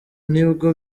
nibwo